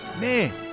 man